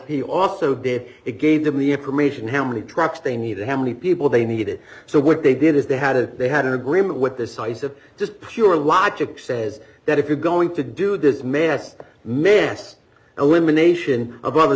he also did it gave them the information how many trucks they needed how many people they needed so what they did is they had a they had an agreement with this size of just pure logic says that if you're going to do this mess mess elimination